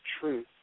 truth